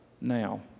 now